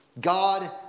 God